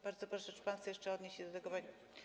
Bardzo proszę, czy pan chce jeszcze odnieść się do tego pytania?